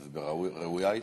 אז ראויה ההתנצלות.